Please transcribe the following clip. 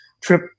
trip